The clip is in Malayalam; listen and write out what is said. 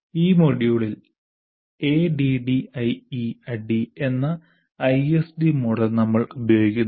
ഈ മൊഡ്യൂളിൽ ADDIE എന്ന ISD മോഡൽ നമ്മൾ ഉപയോഗിക്കുന്നു